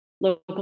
local